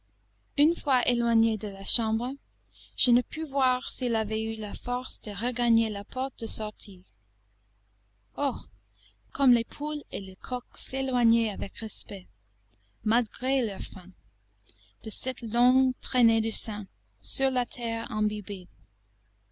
une fois éloigné de la chambre je ne pus voir s'il avait eu la force de regagner la porte de sortie oh comme les poules et les coqs s'éloignaient avec respect malgré leur faim de cette longue traînée de sang sur la terre imbibée